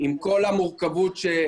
עם כל המורכבות שהוצגה.